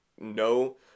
No